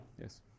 yes